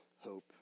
hope